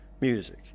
music